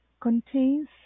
contains